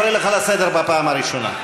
אני קורא אותך לסדר בפעם הראשונה.